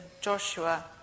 Joshua